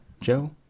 Joe